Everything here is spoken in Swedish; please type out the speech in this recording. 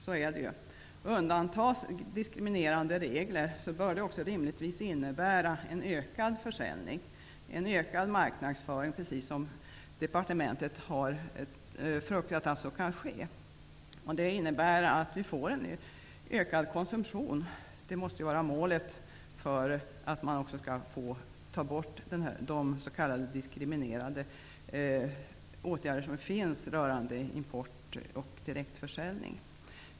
Om man tar bort de diskriminerande reglerna, bör det rimligtvis innebära en ökad försäljning och en ökad marknadsföring, precis som departementet fruktar. Det innebär att vi får en ökad konsumtion. Det måste vara målet med att man skall ta bort de s.k. diskriminerande reglerna rörande import och direktförsäljning.